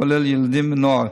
כולל ילדים ונוער.